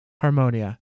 Harmonia